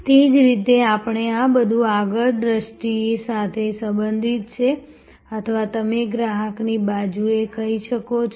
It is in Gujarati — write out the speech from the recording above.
તે જ રીતે આપણે આ બધું આગળની દૃષ્ટિ સાથે સંબંધિત છે અથવા તમે ગ્રાહકની બાજુએ કહી શકો છો